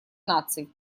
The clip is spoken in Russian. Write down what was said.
наций